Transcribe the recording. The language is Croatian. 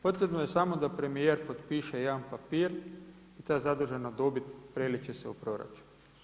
Potrebno je samo da premijer potpiše jedan papir i ta zadužena dobit preliti će se u proračun.